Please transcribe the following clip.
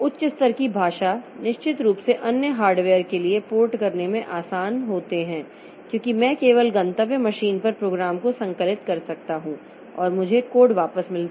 उच्च स्तर की भाषा निश्चित रूप से अन्य हार्डवेयर के लिए पोर्ट करने में आसान होते हैं क्योंकि मैं केवल गंतव्य मशीन पर प्रोग्राम को संकलित कर सकता हूं और मुझे कोड वापस मिलता है